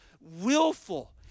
willful